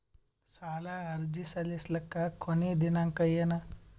ಸಾಲ ಅರ್ಜಿ ಸಲ್ಲಿಸಲಿಕ ಕೊನಿ ದಿನಾಂಕ ಏನು?